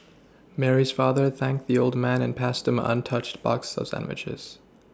Mary's father thanked the old man and passed him an untouched box of sandwiches